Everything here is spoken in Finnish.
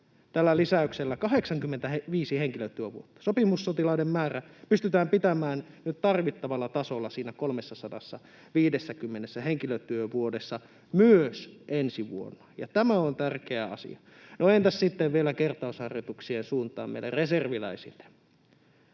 tällä lisäyksellä 85 henkilötyövuotta. Sopimussotilaiden määrä pystytään pitämään nyt tarvittavalla tasolla, siinä 350 henkilötyövuodessa, myös ensi vuonna, ja tämä on tärkeä asia. No, entäs sitten vielä kertausharjoituksien suuntaan, meidän reserviläisille?